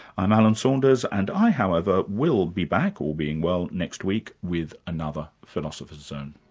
i'm alan saunders and i however, will be back, all being well, next week with another philosopher's zone